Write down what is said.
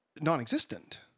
Non-existent